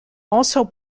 also